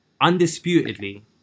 undisputedly